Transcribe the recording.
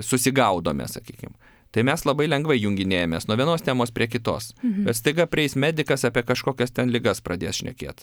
susigaudome sakykim tai mes labai lengvai junginėjame nuo vienos temos prie kitos bet bet staiga preis medikas apie kažkokias ten ligas pradės šnekėt